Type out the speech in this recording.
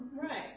right